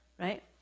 Right